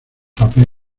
papel